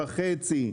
בחצי,